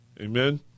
Amen